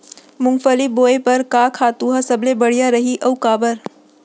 मूंगफली बोए बर का खातू ह सबले बढ़िया रही, अऊ काबर?